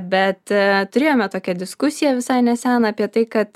bet turėjome tokią diskusiją visai neseną apie tai kad